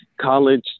college